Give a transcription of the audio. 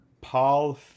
paul